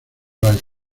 las